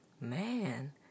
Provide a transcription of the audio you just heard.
man